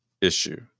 issue